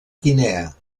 guinea